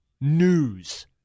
news